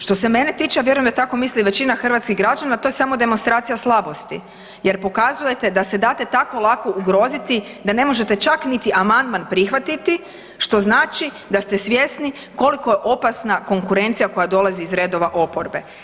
Što se mene tiče, ja vjerujem da tako misli i većina hrvatskih građana, to je samo demonstracija slabosti jer pokazujete da se date tako lako ugroziti da ne možete čak niti amandman prihvatiti, što znači da ste svjesni koliko je opasna konkurencija koja dolazi iz redova oporbe.